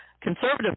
Conservative